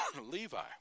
Levi